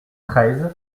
treize